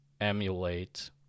emulate